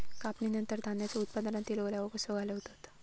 कापणीनंतर धान्यांचो उत्पादनातील ओलावो कसो घालवतत?